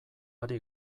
ari